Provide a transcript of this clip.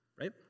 right